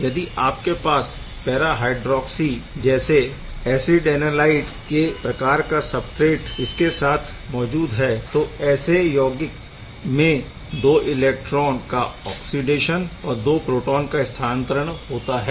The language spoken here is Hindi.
यदि आपके पास पैरा हायड्रॉक्सी जैसे ऐसिटऐनालाइड के प्रकार का सबस्ट्रेट इसके साथ मौजूद है तो ऐसे यौगिक में दो इलेक्ट्रॉन का ऑक्सीडेशन और दो प्रोटोन का स्थानांतरण होता है